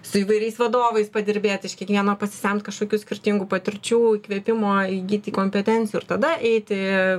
su įvairiais vadovais padirbėt iš kiekvieno pasisemt kažkokių skirtingų patirčių įkvėpimo įgyti kompetencijų ir tada eiti